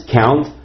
count